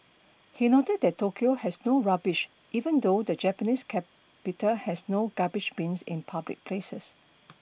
he noted that Tokyo has no rubbish even though the Japanese capital has no garbage bins in public places